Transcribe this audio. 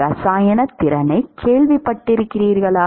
இரசாயன திறனைக் கேள்விப்பட்டிருக்கிறீர்களா